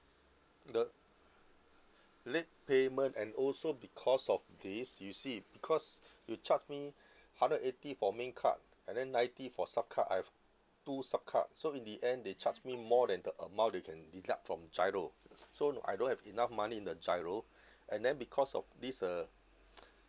the late payment and also because of this you see because you charge me hundred eighty for main card and then ninety for sub card I have two sub card so in the end they charge me more than the amount they can deduct from GIRO so I don't have enough money in the GIRO and then because of this uh